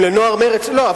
לא,